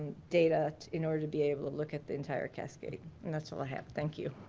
data in order to be able to look at the entire cascade, and that's all i have, thank you.